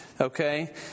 Okay